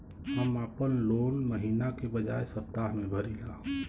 हम आपन लोन महिना के बजाय सप्ताह में भरीला